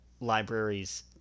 libraries